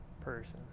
person